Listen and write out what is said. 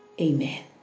Amen